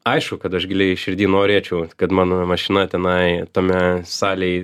aišku kad aš giliai širdy norėčiau kad mano mašina tenai tame salėj